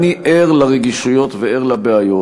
אני ער לרגישויות וער לבעיות,